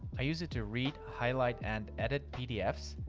i use it to read, highlight and edit pdfs,